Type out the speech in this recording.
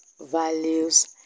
Values